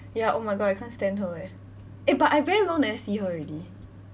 ya oh my god I can't stand her eh eh but I very long never see her already